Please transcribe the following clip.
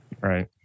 Right